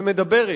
ומדברת,